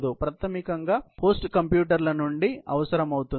గణన ప్రాథమికంగా హోస్ట్ కంప్యూటర్ల నుండి అవసరం ఉంది